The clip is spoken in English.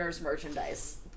merchandise